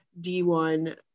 D1